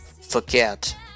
forget